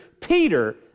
Peter